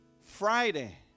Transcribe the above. Friday